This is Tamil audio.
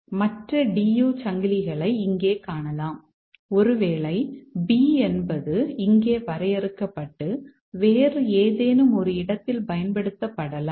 மற்ற DU சங்கிலிகளை இங்கே காணலாம் ஒருவேளை b என்பது இங்கே வரையறுக்கப்பட்டு வேறு ஏதேனும் ஒரு இடத்தில் பயன்படுத்தப்படலாம்